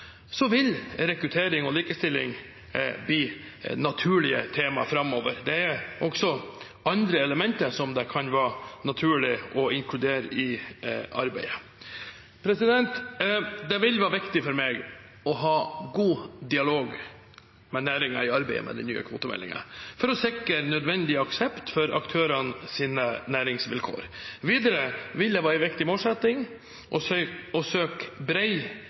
Så vil rekruttering og likestilling bli naturlige tema framover. Det er også andre elementer som det kan være naturlig å inkludere i arbeidet. Det vil være viktig for meg å ha god dialog med næringen i arbeidet med den nye kvotemeldingen for å sikre nødvendig aksept for aktørenes næringsvilkår. Videre vil det være en viktig målsetting å søke bred politisk forankring i Stortinget for å